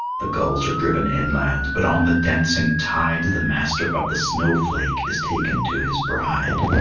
the gulls are driven inland but on the dancing tide the master of the snowflake is taken to his bride.